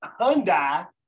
Hyundai